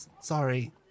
sorry